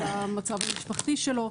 על המצב המשפחתי שלו,